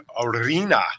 Arena